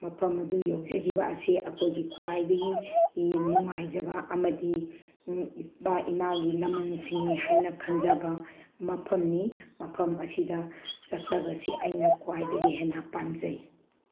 ꯃꯐꯝ ꯑꯗꯨ ꯌꯧꯖꯈꯤꯕ ꯑꯁꯤ ꯑꯩꯈꯣꯏꯒꯤ ꯈ꯭ꯋꯥꯏꯗꯒꯤ ꯅꯨꯡꯉꯥꯏꯖꯕ ꯑꯃꯗꯤ ꯏꯃꯥ ꯏꯄꯥꯒꯤ ꯂꯃꯟ ꯁꯤꯡꯉꯤ ꯍꯥꯏꯅ ꯈꯟꯖꯕ ꯃꯐꯝꯅꯤ ꯃꯐꯝ ꯑꯁꯤꯗ ꯆꯠꯆꯕꯁꯤ ꯑꯩꯅ ꯈ꯭ꯋꯥꯏꯗꯒꯤ ꯍꯦꯟꯅ ꯄꯥꯝꯖꯩ